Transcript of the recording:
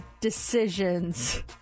Decisions